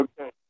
Okay